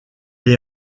est